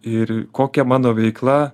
ir kokia mano veikla